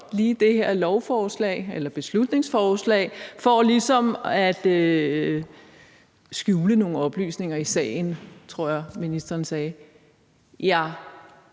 lige det her beslutningsforslag for ligesom at skjule nogle oplysninger i sagen, som jeg tror ministeren sagde. Jeg